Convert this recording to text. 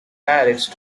marriage